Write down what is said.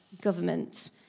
government